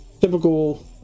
typical